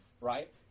right